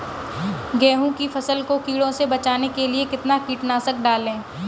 गेहूँ की फसल को कीड़ों से बचाने के लिए कितना कीटनाशक डालें?